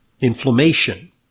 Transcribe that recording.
inflammation